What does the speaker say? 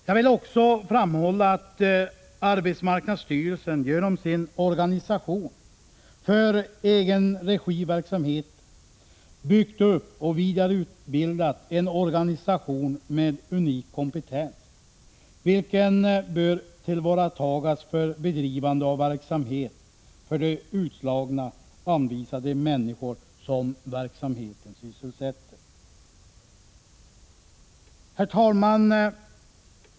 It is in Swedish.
Jag vill också framhålla att arbetsmarknadsstyrelsen genom sin organisation för egenregiverksamhet har byggt upp och vidareutvecklat en organisation med unik kompetens, vilken bör tillvaratas för bedrivande av verksamhet för de utslagna, anvisade människor som verksamheten sysselsätter. Herr talman!